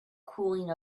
cooling